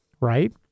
right